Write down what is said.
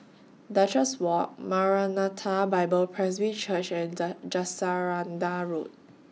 Duchess Walk Maranatha Bible Presby Church and Jacaranda Road